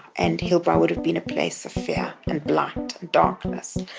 and hillbrow would have been a place of fear and blood, darkness.